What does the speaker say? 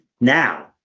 now